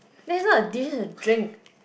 that is not a dish a drink